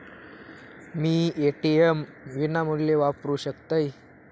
मी ATM विनामूल्य वापरू शकतय?